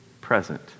present